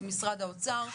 משרד האוצר.